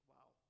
Wow